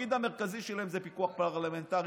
התפקיד המרכזי שלהם זה פיקוח פרלמנטרי.